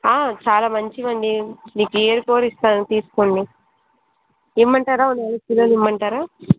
చాలా మంచివండీ మీకు ఏరికోరి ఇస్తాను తీసుకోండి ఇమ్మంటారా ఒక నాలుగు కిలోలు ఇమ్మంటారా